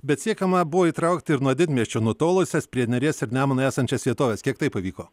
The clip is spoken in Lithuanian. bet siekiama buvo įtraukti ir nuo didmiesčių nutolusias prie neries ir nemuno esančias vietoves kiek tai pavyko